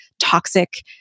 toxic